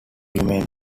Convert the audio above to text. remain